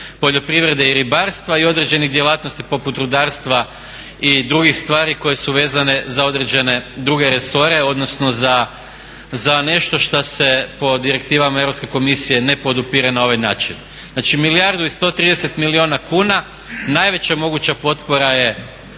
poljoprivrede i ribarstva i određenih djelatnosti poput rudarstva i drugih stvari koje su vezane za određene druge resore, odnosno za nešto šta se po direktivama Europske komisije ne podupire na ovaj način. Znači milijardu i 130 milijuna kuna najveća moguća potpora je